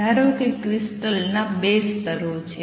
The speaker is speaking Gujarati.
ધારો કે ક્રિસ્ટલ ના ૨ સ્તરો છે